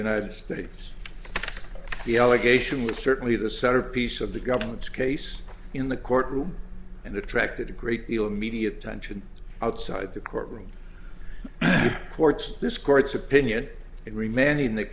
united states the allegation was certainly the centerpiece of the government's case in the courtroom and attracted a great deal of media attention outside the courtroom court's this court's opinion it remained in that